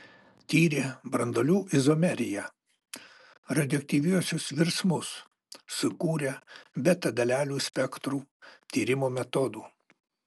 tyrė branduolių izomeriją radioaktyviuosius virsmus sukūrė beta dalelių spektrų tyrimo metodų